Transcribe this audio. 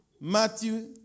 Matthew